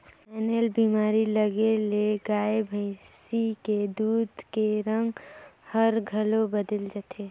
थनैल बेमारी लगे ले गाय भइसी के दूद के रंग हर घलो बदेल जाथे